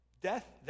death